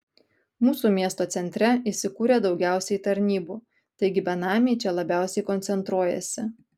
mūsų miesto centre įsikūrę daugiausiai tarnybų taigi benamiai čia labiausiai koncentruojasi